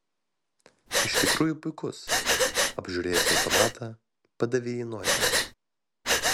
iš tikrųjų puikus apžiūrėjęs automatą padavė jį noimanui